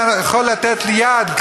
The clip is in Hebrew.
האם אתה יכול לתת לי יד,